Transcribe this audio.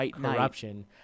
corruption